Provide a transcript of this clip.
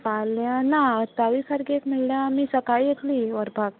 फाल्यां ना अठ्ठावीस तारखेक म्हणल्यार आमी सकाळीं येतली व्हरपाक